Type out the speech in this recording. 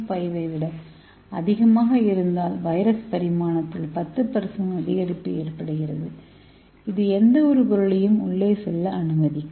5 ஐ விட அதிகமாக இருந்தால் வைரஸ் பரிமாணத்தில் 10 அதிகரிப்பு ஏற்படுகிறது இது எந்தவொரு பொருளையும் உள்ளே செல்ல அனுமதிக்கும்